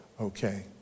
okay